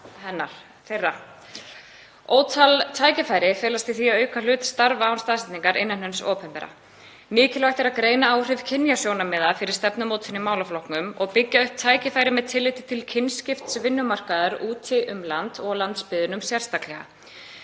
stofnana þess. Ótal tækifæri felast í því að auka hlut starfa án staðsetningar innan hins opinbera. Mikilvægt er að greina áhrif kynjasjónarmiða fyrir stefnumótun í málaflokknum og byggja upp tækifæri með tilliti til kynskipts vinnumarkaðar úti um land og á landsbyggðunum sérstaklega.